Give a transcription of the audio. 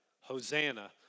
Hosanna